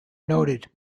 noted